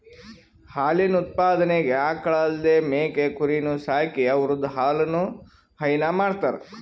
ಹಾಲಿನ್ ಉತ್ಪಾದನೆಗ್ ಆಕಳ್ ಅಲ್ದೇ ಮೇಕೆ ಕುರಿನೂ ಸಾಕಿ ಅವುದ್ರ್ ಹಾಲನು ಹೈನಾ ಮಾಡ್ತರ್